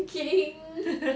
kidding